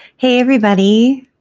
hey everybody!